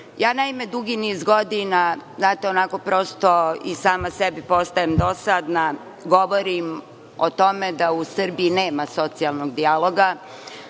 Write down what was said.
dugi niz godina, znate, onako prosto i sama sebi postajem dosadna, govorim o tome da u Srbiji nema socijalnog dijaloga,